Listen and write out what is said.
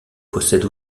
possède